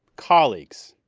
colleagues,